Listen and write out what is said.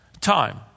time